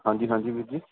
ਹਾਂਜੀ ਹਾਂਜੀ ਵੀਰ ਜੀ